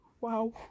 wow